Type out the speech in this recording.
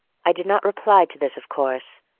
i did not reply to this of course,